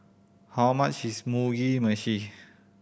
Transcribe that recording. how much is Mugi Meshi